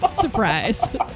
Surprise